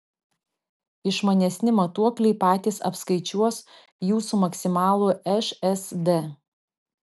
išmanesni matuokliai patys apskaičiuos jūsų maksimalų šsd